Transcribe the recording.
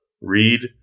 read